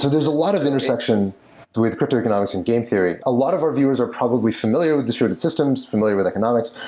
there's a lot of intersection with cryptoeconomics and game theory. a lot of our viewers are probably familiar with distributed systems, familiar with economics,